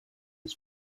was